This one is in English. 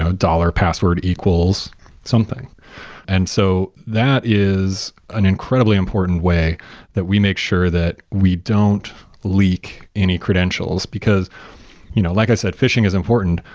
ah dollar password equals something and so that is an incredibly important way that we make sure that we don't leak any credentials, because you know like i said, phishing is important,